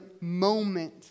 moment